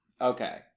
Okay